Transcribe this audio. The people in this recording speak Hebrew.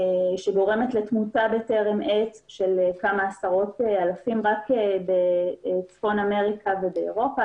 שגורמת לתמותה בטרם עת של כמה עשרות אלפים רק בצפון אמריקה ובאירופה.